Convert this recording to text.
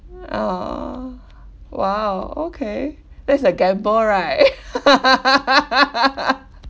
uh !wow! okay that's a gamble right